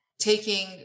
taking